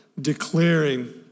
declaring